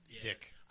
dick